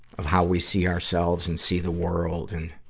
of how we see ourselves and see the world and,